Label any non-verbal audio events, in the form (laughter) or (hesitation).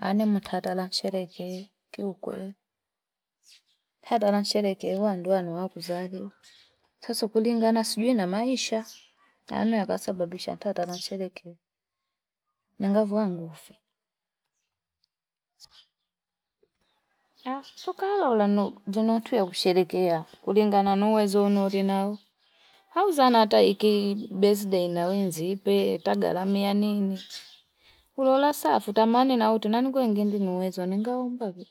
Anemkata shelekee (noise) kiukweli hadara nsherekee wandu atu zanu sasa kulingana sijui na Maisha (noise) namna kasababisha hata ntesherekee nangandu vangu mfike, (noise) (hesitation) tukaola watu ne kusherekea kulingana na uwezo nouli nao hauza ata eikei besidei nawe nziipe tagalamia ninii (noise) kulola saa futa mani na uti nangukwende ngeunaweza ningeombavo